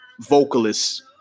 vocalists